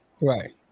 Right